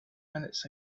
minutes